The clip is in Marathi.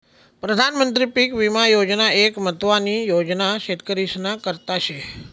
प्रधानमंत्री पीक विमा योजना एक महत्वानी योजना शेतकरीस्ना करता शे